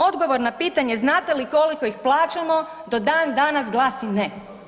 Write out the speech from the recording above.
Odgovor na pitanje znate li koliko ih plaćamo do dan danas glasi ne.